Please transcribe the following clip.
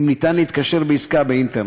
אם אפשר להתקשר בעסקה באינטרנט.